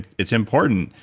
it's important.